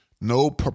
No